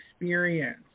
experience